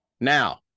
now